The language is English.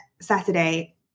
Saturday